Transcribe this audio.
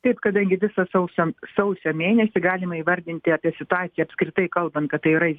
taip kadangi visą sausio sausio mėnesį galima įvardinti apie situaciją apskritai kalbant kad tai yra